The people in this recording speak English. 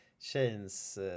Chains